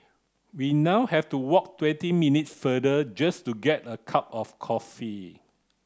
we now have to walk twenty minutes farther just to get a cup of coffee